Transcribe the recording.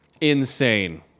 Insane